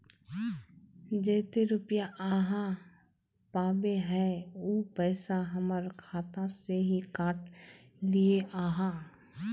जयते रुपया आहाँ पाबे है उ पैसा हमर खाता से हि काट लिये आहाँ?